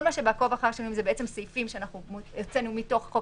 כל מה שב"עקוב אחר שינויים" אלה סעיפים שאנחנו הוצאנו מתוך חוק